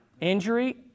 Injury